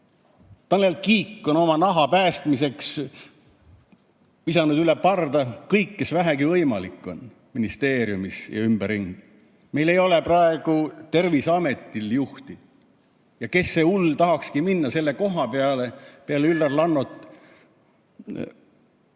Tanel Kiik on oma naha päästmiseks visanud üle parda kõik, keda vähegi võimalik, ministeeriumis ja ümberringi. Meil ei ole praegu Terviseametil juhti. Kes see hull tahakski minna selle koha peale pärast Üllar